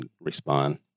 respond